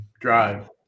Drive